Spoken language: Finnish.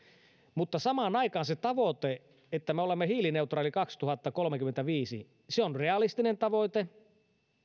mutta samaan aikaan se tavoite että me olemme hiilineutraali maa kaksituhattakolmekymmentäviisi on realistinen tavoite